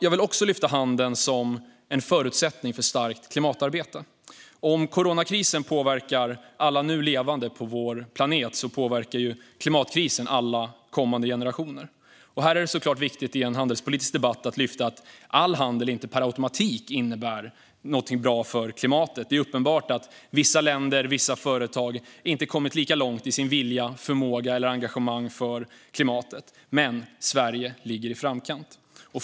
Jag vill också lyfta handeln som en förutsättning för ett starkt klimatarbete. Om coronakrisen påverkar alla nu levande på vår planet påverkar klimatkrisen alla kommande generationer. Här är det viktigt i en handelspolitisk debatt att säga att all handel inte per automatik innebär något bra för klimatet. Det är uppenbart att vissa länder och företag inte har kommit lika långt i sin vilja, förmåga eller engagemang för klimatet, men Sverige ligger i framkant.